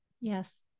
Yes